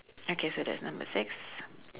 okay so that's number six